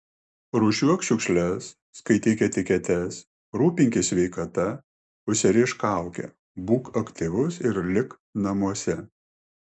rūšiuok šiukšles skaityk etiketes rūpinkis sveikata užsirišk kaukę būk aktyvus ir lik namuose